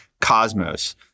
Cosmos